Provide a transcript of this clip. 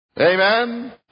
Amen